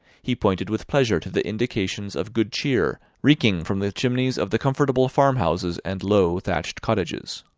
he pointed with pleasure to the indications of good cheer reeking from the chimneys of the comfortable farmhouses and low, thatched cottages.